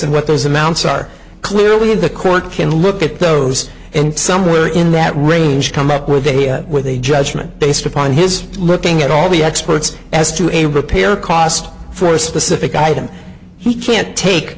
and what those amounts are clearly in the court can look at those and somewhere in that range come back with a with a judgment based upon his looking at all the experts as to a repair cost for a specific item he can't take